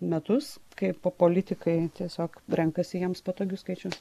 metus kai politikai tiesiog renkasi jiems patogius skaičius